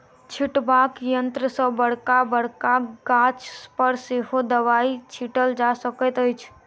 छिटबाक यंत्र सॅ बड़का बड़का गाछ पर सेहो दबाई छिटल जा सकैत अछि